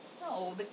No